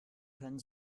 können